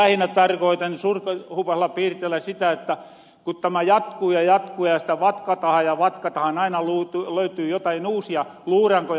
lähinnä tarkoitan surkuhupaisilla piirteillä sitä että kun tämä jatkuu ja jatkuu ja sitä vatkatahan ja vatkatahan niin aina löytyy jotain uusia luurankoja